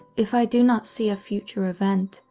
if i do not see a future event,